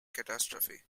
catastrophe